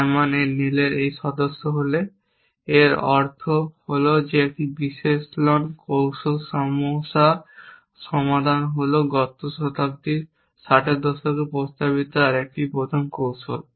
Simon এ Newell এর সদস্য হলে এর অর্থ হল একটি বিশ্লেষণ কৌশল সমস্যা সমাধান হল গত শতাব্দীর 60 এর দশকে প্রস্তাবিত আরেকটি প্রথম কৌশল